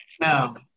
No